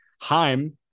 Heim